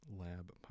Lab